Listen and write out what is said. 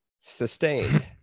Sustained